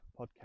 podcast